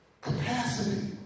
capacity